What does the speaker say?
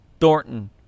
Thornton